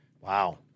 Wow